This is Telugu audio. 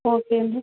ఓకే అండి